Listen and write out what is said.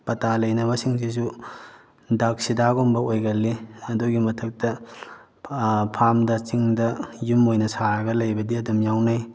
ꯄꯇꯥ ꯂꯩꯅꯕꯁꯤꯡꯁꯤꯁꯨ ꯗꯥꯛ ꯁꯤꯗꯥꯒꯨꯝꯕ ꯑꯣꯏꯒꯜꯂꯤ ꯑꯗꯨꯒꯤ ꯃꯊꯛꯇ ꯐꯥꯝꯗ ꯆꯤꯡꯗ ꯌꯨꯝ ꯑꯣꯏꯅ ꯁꯥꯔꯒ ꯂꯩꯕꯗꯤ ꯑꯗꯨꯝ ꯌꯥꯎꯅꯩ